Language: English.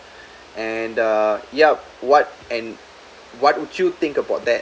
and uh yup what and what would you think about that